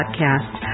podcast